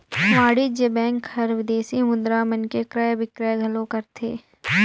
वाणिज्य बेंक हर विदेसी मुद्रा मन के क्रय बिक्रय घलो करथे